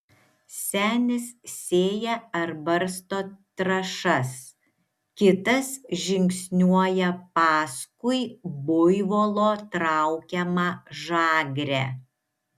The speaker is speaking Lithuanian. senis sėja ar barsto trąšas kitas žingsniuoja paskui buivolo traukiamą žagrę